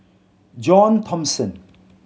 John Thomson